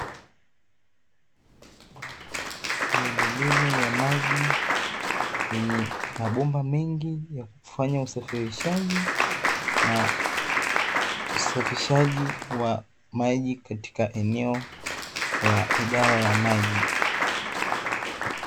Miundombinu ya maji yenye mabomba mengi yakufanya usafirishaji, na usafishaji wa maji katika eneo la idara ya maji.